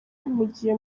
mpugiye